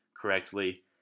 correctly